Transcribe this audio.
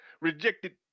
rejected